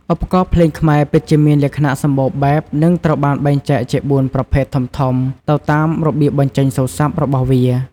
ឧបករណ៍ភ្លេងខ្មែរ ពិតជាមានលក្ខណៈសម្បូរបែប និងត្រូវបានបែងចែកជា ៤ ប្រភេទធំៗទៅតាមរបៀបបញ្ចេញសូរស័ព្ទរបស់វា។